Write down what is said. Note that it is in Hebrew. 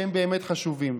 שהם באמת חשובים.